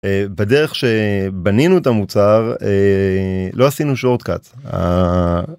בדרך שבנינו את המוצר לא עשינו שורט קאט.